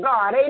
God